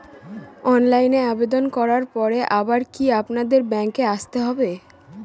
অনলাইনে আবেদন করার পরে আবার কি আপনাদের ব্যাঙ্কে আসতে হবে?